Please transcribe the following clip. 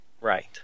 right